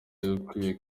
ukwiriye